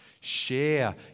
share